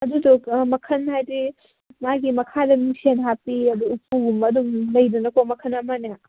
ꯑꯗꯨꯗꯣ ꯃꯈꯜ ꯍꯥꯏꯗꯤ ꯃꯥꯒꯤ ꯃꯈꯥꯗ ꯃꯤꯡꯁꯦꯜ ꯍꯥꯞꯄꯤ ꯑꯗꯨ ꯎꯄꯨꯒꯨꯝꯕ ꯑꯗꯨꯝ ꯂꯩꯗꯅꯀꯣ ꯃꯈꯜ ꯑꯃ ꯑꯅꯤ